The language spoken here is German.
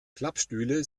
klappstühle